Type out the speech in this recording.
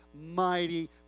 mighty